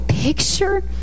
Picture